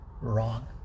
wrong